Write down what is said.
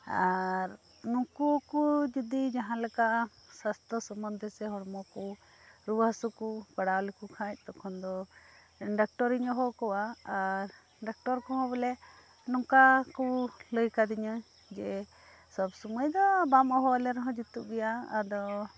ᱟᱨ ᱱᱩᱠᱩ ᱠᱚ ᱡᱩᱫᱤ ᱡᱟᱦᱟ ᱞᱮᱠᱟ ᱥᱟᱥᱛᱷᱚ ᱥᱚᱢᱚᱱᱫᱮ ᱥᱮ ᱦᱚᱲ ᱢᱚᱠᱚ ᱨᱩᱭᱟᱹ ᱦᱟᱹᱥᱩ ᱠᱚ ᱯᱟᱲᱟᱣ ᱞᱮᱠᱚ ᱠᱷᱟᱡ ᱛᱚᱠᱷᱚᱱ ᱫᱚ ᱰᱟᱠᱴᱚᱨᱤᱧ ᱦᱚᱦᱚ ᱟᱠᱚᱭᱟ ᱟᱨ ᱰᱟᱠᱴᱚᱨ ᱠᱚᱦᱚᱸ ᱵᱚᱞᱮ ᱱᱚᱝᱠᱟ ᱠᱚ ᱞᱟᱹᱭ ᱟᱠᱟᱫᱤᱧᱟᱹ ᱡᱮ ᱥᱚᱵ ᱥᱳᱢᱚᱭ ᱫᱚ ᱵᱟᱢ ᱦᱚᱦᱚ ᱟᱞᱮ ᱨᱮᱦᱚᱸ ᱡᱩᱛᱩᱜ ᱜᱮᱭᱟ ᱟᱫᱚ